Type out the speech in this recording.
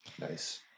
Nice